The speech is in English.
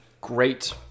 Great